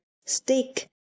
stick